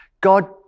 God